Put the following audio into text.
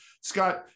Scott